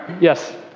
Yes